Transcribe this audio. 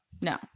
no